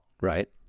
Right